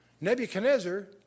Nebuchadnezzar